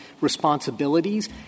responsibilities